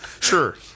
sure